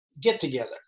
get-together